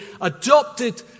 adopted